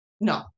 No